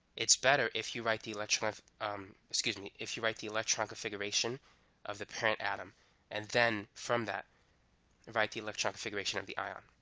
it's better if you write the electron off um excuse me if you write the electron configuration of the parent atom and then from that write the electron configuration of the ion.